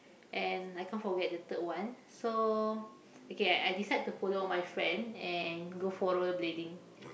and I can't forget the third one so okay I I decide to follow my friend and go for rollerblading